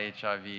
HIV